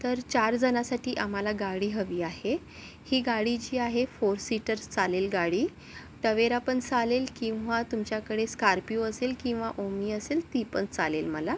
तर चारजणासाठी आम्हाला गाडी हवी आहे ही गाडी जी आहे फोर सीटर्स चालेल गाडी तवेरा पण चालेल किंवा तुमच्याकडे स्कार्पियो असेल किंवा ओम्नी असेल ती पण चालेल मला